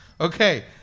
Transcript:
okay